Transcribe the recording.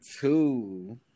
Two